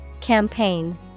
Campaign